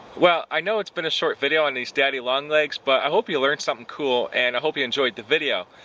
well, i know it's been a short video on these daddy long legs but i hope you learned something cool and i hope you enjoyed the video.